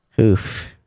Oof